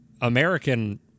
American